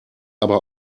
aber